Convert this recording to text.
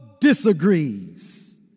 disagrees